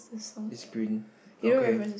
it's green okay